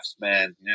man